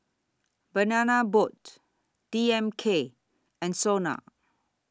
Banana Boat D M K and Sona